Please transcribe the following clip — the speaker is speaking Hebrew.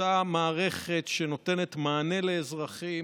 אותה מערכת שנותנת מענה לאזרחים,